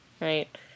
Right